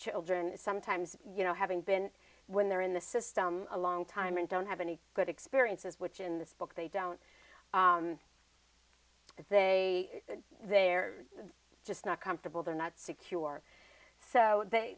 children sometimes you know having been when they're in the system a long time and don't have any good experiences which in this book they don't they they're just not comfortable they're not secure so